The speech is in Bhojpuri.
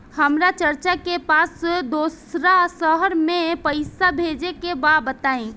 हमरा चाचा के पास दोसरा शहर में पईसा भेजे के बा बताई?